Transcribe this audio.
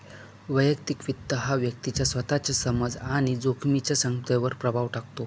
वैयक्तिक वित्त हा व्यक्तीच्या स्वतःच्या समज आणि जोखमीच्या क्षमतेवर प्रभाव टाकतो